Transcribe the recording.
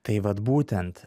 tai vat būtent